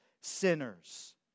sinners